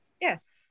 Yes